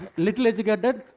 little educated,